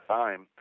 time